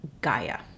Gaia